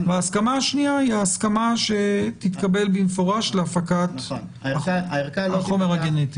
וההסכמה השנייה היא ההסכמה שתתקבל במפורש להפקת החומר הגנטי.